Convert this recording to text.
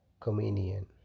communion